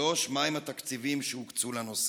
3. מהם התקציבים שהוקצו לנושא?